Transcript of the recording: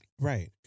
Right